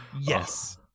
Yes